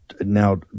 now